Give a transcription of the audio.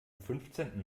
fünfzehnten